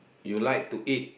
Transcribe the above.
you like to eat